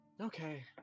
Okay